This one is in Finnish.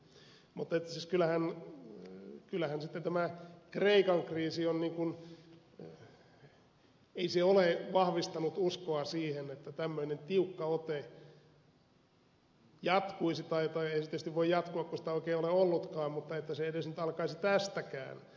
mutta eihän tämä kreikan kriisi ole ole vahvistanut uskoa siihen että tämmöinen tiukka ote jatkuisi tai ei se tietysti voi jatkua kun ei sitä oikein ole ollutkaan tai että se edes nyt alkaisi tästäkään